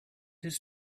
his